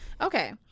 okay